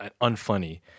unfunny